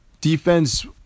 defense